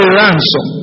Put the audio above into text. ransom